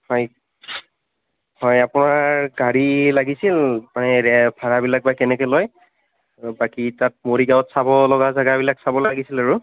হয় হয় আপোনাৰ গাড়ী লাগিছিল মানে ভাড়াবিলাক বা কেনেকৈ লয় বাকী তাত মৰিগাঁৱত চাব লগা জেগাবিলাক চাব লাগিছিল আৰু